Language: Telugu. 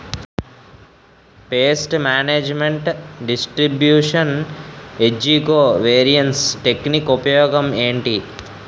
పేస్ట్ మేనేజ్మెంట్ డిస్ట్రిబ్యూషన్ ఏజ్జి కో వేరియన్స్ టెక్ నిక్ ఉపయోగం ఏంటి